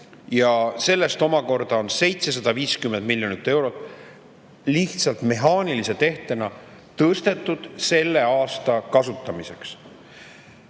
Ja sellest omakorda on 750 miljonit eurot lihtsalt mehaanilise tehtena tõstetud sellel aastal kasutamiseks.